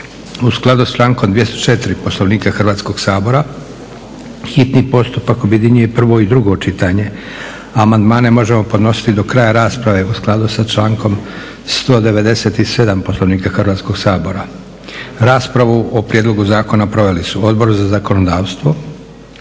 U skladu sa člankom 204. Poslovnika Hrvatskog sabora, hitni postupak objedinjuje prvo i drugo čitanje, amandmane možemo podnositi do kraja rasprave u skladu sa člankom 197. Poslovnika Hrvatskog sabora. Raspravu o prijedlogu zakona proveli su Odbor za zakonodavstvo,